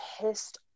pissed